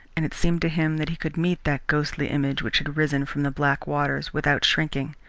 and it seemed to him that he could meet that ghostly image which had risen from the black waters, without shrinking,